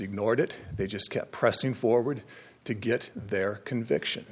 ignored it they just kept pressing forward to get their conviction